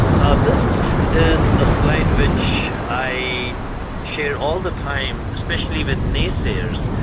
now this is a slide which i share all the time, especially with naysayers.